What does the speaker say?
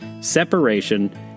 separation